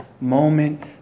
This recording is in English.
moment